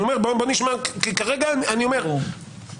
בוא נשמע כי כרגע אני אומר --- בסדר,